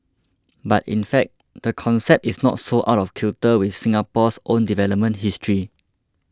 but in fact the concept is not so out of kilter with Singapore's own development history